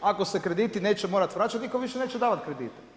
Ako se krediti neće morat vraćati, nitko više neće davat kredite.